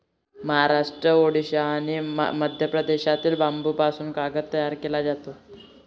महाराष्ट्र, ओडिशा आणि मध्य प्रदेशातील बांबूपासून कागद तयार केला जातो